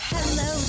Hello